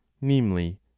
namely